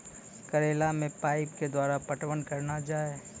करेला मे पाइप के द्वारा पटवन करना जाए?